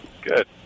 Good